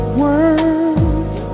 words